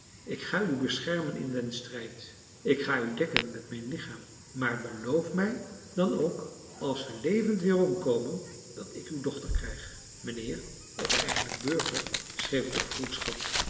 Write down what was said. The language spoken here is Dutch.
ik ga u beschermen in den strijd ik ga u dekken met mijn lichaam maar beloof mij dan ook als we levend weerom komen dat ik uw dochter krijg mijnheer